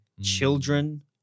children